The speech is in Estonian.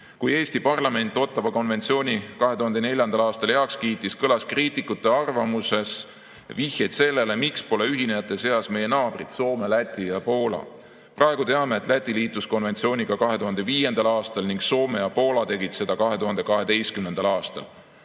Kui Eesti parlament Ottawa konventsiooni 2004. aastal heaks kiitis, kõlas kriitikute arvamuses vihjeid sellele, miks pole ühinejate seas meie naabrid Soome, Läti ja Poola. Praegu teame, et Läti liitus konventsiooniga 2005. aastal ning Soome ja Poola tegid seda 2012. aastal.